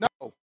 No